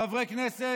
חברי כנסת